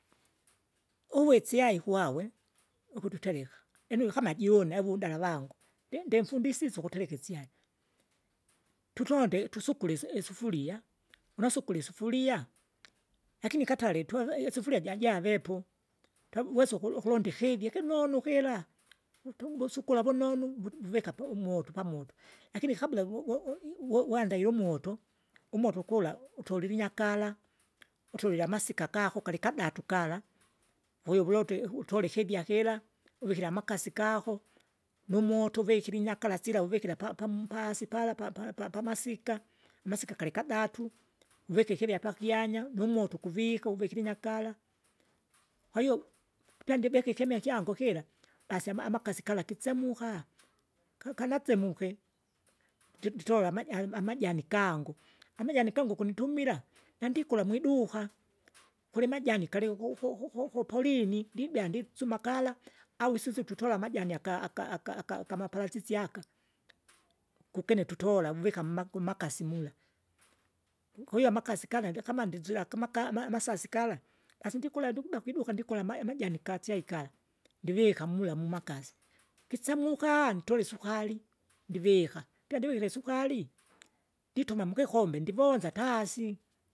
Uwe isyai kwawe, ukututereka, inue kama june au undala vangu, ndi- ndinfundisise ukutereka isyai, tutonde tusukule isu- isufuria, unasukure isufuria, lakini katare tweve isufuria jajavepo, twawesa uku- ukulonda ikije kinonu kira, utungu vusukula vunonu, vu- vuvika umoto pamoto, lakini kabla vovoi wandaile umoto, umoto gul, utoliweinyakara, utolile amasika gako galikadatu kala, wiwulote utolye ikibya kira, uvikire amakasi gako, numoto uvikire inyakara sila uvikira pa- pamu pasi pala pa- pa- pa- pamasika, amasika galikadatu, ukika ikirya pakyanya, numoto ukuvika uvikire inyakara. Kwahiyo pya ndeveke ikime kyangu kira, basi ama- amakasi kala kisemuka, ka- kanasemuke, nditi nditola amajani amajani kangu, amajani kangu kunitumila, nandikula mwiduka, kulimajani gali ku- ku- ku- kupoloni ndibea ndisuma nditsuma kala, au isusututola amajani aga- aga- aga- agamaparachisi aka. Kukene tutola uvika mma- mmkasi mula, kwahiyo amaksi gala vika kama mzira kaka ka amasasi kala. Basi ndikula ndikuba kwiduka ndikula ama- amajani kasyai kala. Ndivika mula mumakasi, kisemuka ntole isukari, ndivika, pyandiwike isukari, ndituma mukikombe ndivonza tasi.